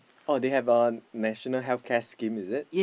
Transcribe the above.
oh they have a national healthcare scheme is it